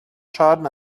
schaden